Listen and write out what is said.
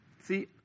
See